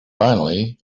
finally